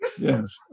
Yes